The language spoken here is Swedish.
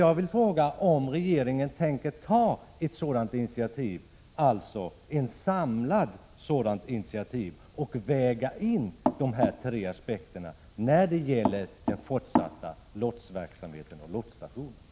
Jag vill fråga om regeringen tänker ta ett samlat initiativ, där man väger in de här tre aspekterna, när det gäller den fortsatta lotsverksamheten och driften av lotsstationerna.